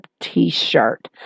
t-shirt